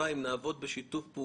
אנחנו מנסים להוביל רפורמות.